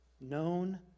known